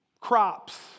crops